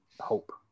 Hope